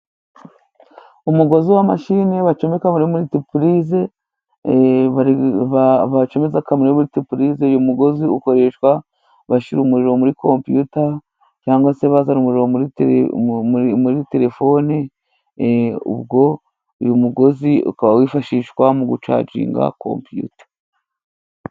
Umugozi wa mashini bacomeka muri miritipurize， bacomeka muri miritipurize， uyu mugozi ukoreshwa bashyira umuriro muri kompiyuta cyangwa se bazana umuriro muri terefone， ubwo uyu mugozi ukaba wifashishwa mu gucajinga kompiyuta.